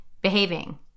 behaving